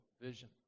vision